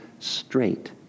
straight